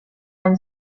then